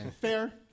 Fair